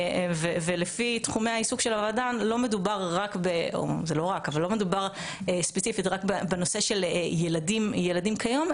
ולפי תחומי העיסוק של --- לא מדובר ספציפית רק בנושא של ילדים כיום,